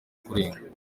kurenga